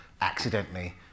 accidentally